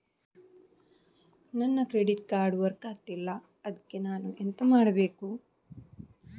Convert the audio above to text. ನನ್ನ credit card work ಆಗ್ತಿಲ್ಲ ಅದ್ಕೆ ನಾನು ಎಂತ ಮಾಡಬೇಕು?